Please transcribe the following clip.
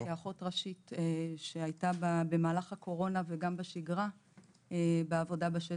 כאחות ראשית במהלך הקורונה וגם בשגרה בעבודה בשטח,